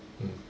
mm